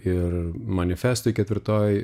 ir manifestui ketvirtoj